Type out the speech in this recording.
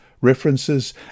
references